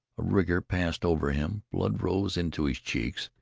a rigour passed over him, blood rose into his cheeks,